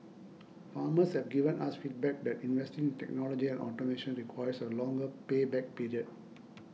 farmers have given us feedback that investing in technology and automation requires a longer pay back period